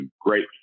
great